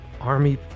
army